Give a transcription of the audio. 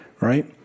right